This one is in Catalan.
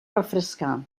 refrescar